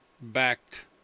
backed